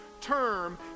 term